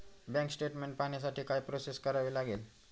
Bank statement पाहण्यासाठी काय process करावी लागेल?